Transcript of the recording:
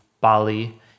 Bali